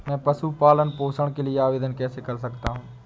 मैं पशु पालन पोषण के लिए आवेदन कैसे कर सकता हूँ?